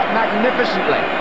magnificently